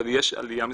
אבל יש עלייה מסוימת.